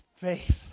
faith